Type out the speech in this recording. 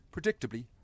Predictably